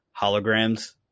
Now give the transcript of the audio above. holograms